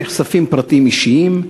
2. מדוע נחשפים פרטים אישיים?